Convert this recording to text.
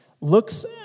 looks